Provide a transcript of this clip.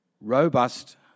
robust